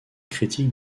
critique